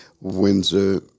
Windsor